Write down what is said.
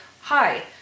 hi